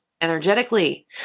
energetically